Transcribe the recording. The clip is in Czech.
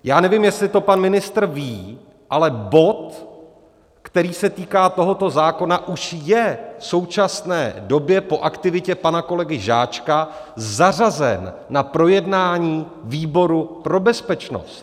Já nevím, jestli to pan ministr ví, ale bod, který se týká tohoto zákona, už je v současné době po aktivitě pana kolegy Žáčka zařazen na projednání výboru pro bezpečnost.